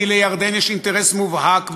כי לירדן יש אינטרס מובהק בהר-הבית,